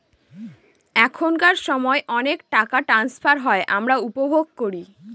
এখনকার সময় অনেক টাকা ট্রান্সফার হয় আমরা উপভোগ করি